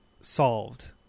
solved